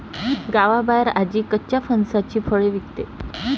गावाबाहेर आजी कच्च्या फणसाची फळे विकते